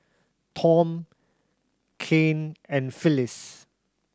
Tom Caryn and Phylis